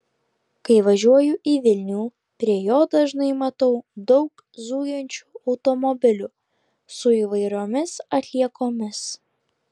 kai važiuoju į vilnių prie jo dažnai matau daug zujančių automobilių su įvairiomis atliekomis